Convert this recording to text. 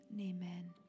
Amen